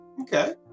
okay